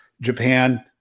Japan